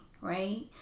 right